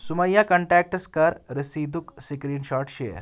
سُمَییا contacts کَر رسیٖدُک screen shot شیر